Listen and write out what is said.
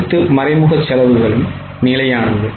அனைத்து மறைமுக செலவுகளும் நிலையானது